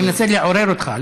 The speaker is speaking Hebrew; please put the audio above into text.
אני מנסה לעורר אותך,